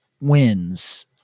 wins